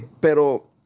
Pero